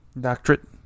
Doctorate